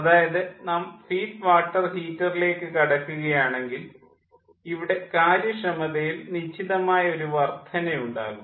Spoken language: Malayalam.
അതായത് നാം ഫീഡ് വാട്ടർ ഹീറ്ററിലേക്ക് കടക്കുകയാണെങ്കിൽ ഇവിടെ കാര്യക്ഷമതയിൽ നിശ്ചിതമായ ഒരു വർദ്ധന ഉണ്ടാകും